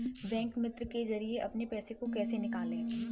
Bank मित्र के जरिए अपने पैसे को कैसे निकालें?